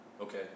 okay